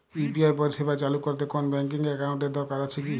UPI পরিষেবা চালু করতে কোন ব্যকিং একাউন্ট এর কি দরকার আছে?